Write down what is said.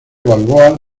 balboa